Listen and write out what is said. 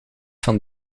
van